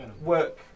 work